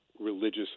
religious